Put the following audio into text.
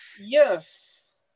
Yes